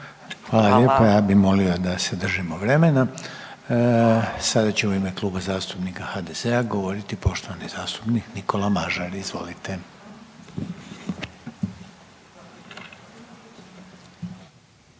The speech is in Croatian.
Hvala lijepa. Ja bih molio da se držimo vremena. Sada će u ime Kluba zastupnika HDZ-a govoriti poštovani zastupnik Nikola Mažar. Izvolite. **Mažar,